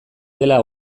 dela